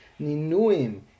Ninuim